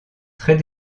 très